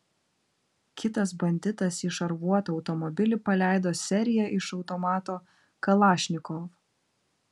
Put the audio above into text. kitas banditas į šarvuotą automobilį paleido seriją iš automato kalašnikov